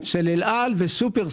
של אל על ושופרסל.